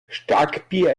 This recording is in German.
starkbier